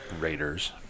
Raiders